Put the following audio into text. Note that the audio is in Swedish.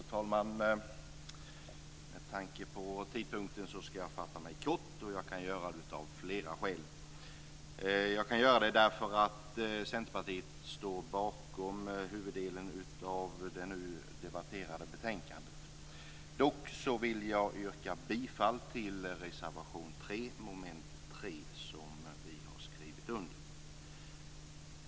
Fru talman! Med tanke på tidpunkten skall jag fatta mig kort, och jag kan göra det bl.a. därför att Centerpartiet står bakom huvuddelen av det nu debatterade betänkandet. Dock vill jag yrka bifall till reservation 3 under mom. 3.